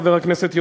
חבר הכנסת יוגב,